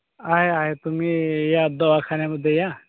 आहे आहे तुम्ही या दवाखान्यामध्ये या